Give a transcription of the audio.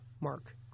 Mark